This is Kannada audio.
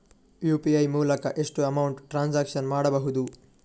ಯು.ಪಿ.ಐ ಮೂಲಕ ಎಷ್ಟು ಅಮೌಂಟ್ ಟ್ರಾನ್ಸಾಕ್ಷನ್ ಮಾಡಬಹುದು?